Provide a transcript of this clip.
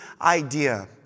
idea